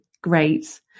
great